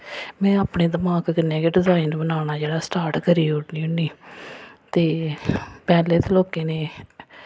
में अपने दमाक कन्नै गै डिजाइन बनाना जेह्ड़ा स्टार्ट करी ओड़नी होन्नी ते पैह्लें ते लोकें ने